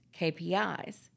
KPIs